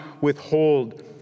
withhold